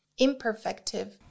imperfective